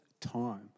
time